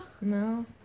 No